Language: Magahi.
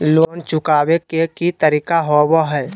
लोन चुकाबे के की तरीका होबो हइ?